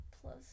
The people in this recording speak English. plus